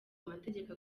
amategeko